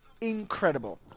incredible